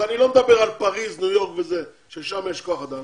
אני לא מדבר על פאריס, ניו יורק ששם יש כוח-אדם.